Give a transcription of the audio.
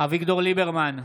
אביגדור ליברמן,